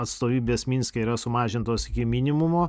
atstovybės minske yra sumažintos iki minimumo